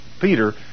Peter